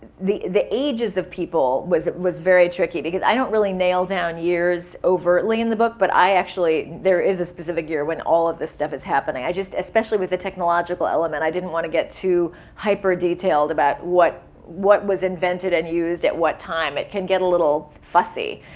the the ages of people was was very tricky because i don't really nail down years overtly in the book, but i actually, there is a specific year when all of this stuff is happening. i just, especially with the technological element, i didn't want to get too hyper-detailed about what what was invented and used at what time. it can get a little fussy.